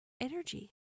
energy